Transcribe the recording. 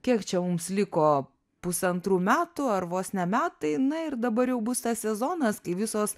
kiek čia mums liko pusantrų metų ar vos ne metai na ir dabar jau bus tas sezonas kai visos